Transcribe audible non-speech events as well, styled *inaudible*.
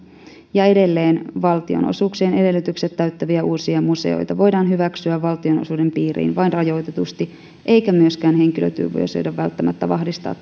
ja edelleen valtionosuuksien edellytykset täyttäviä uusia museoita voidaan hyväksyä valtionosuuden piiriin vain rajoitetusti eikä myöskään henkilötyövuosia voida välttämättä vahvistaa *unintelligible*